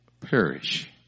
perish